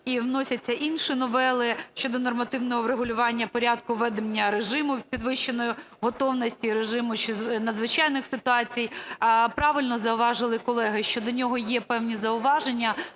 і вносяться інші новели щодо нормативного врегулювання порядку ведення режиму підвищеної готовності і режиму надзвичайних ситуацій. Правильно зауважили колеги, що до нього є певні зауваження,